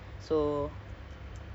!alamak!